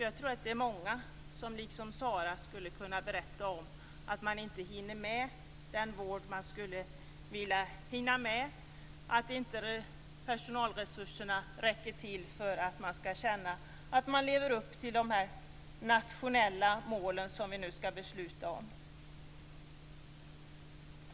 Jag tror att många liksom Sarah skulle kunna berätta att man inte hinner med den vård som man skulle vilja hinna med och att personalresurserna inte räcker till för att man skall kunna leva upp till de nationella mål som vi nu skall besluta om.